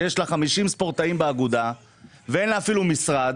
שיש לה 50 ספורטאים באגודה ואין לה אפילו משרד,